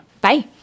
Bye